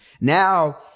Now